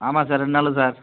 ஆமாம் சார் ரெண்டு நாள் சார்